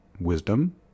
Wisdom